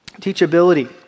Teachability